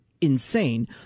insane